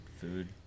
food